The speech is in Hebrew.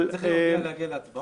צריך להודיע להגיע להצבעות?